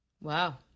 Wow